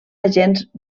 agents